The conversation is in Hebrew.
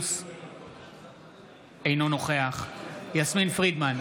אינו נוכח יסמין פרידמן,